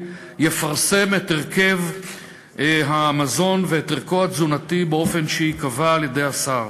יפרסם את הרכב המזון ואת ערכו התזונתי באופן שייקבע על-ידי השר.